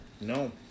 No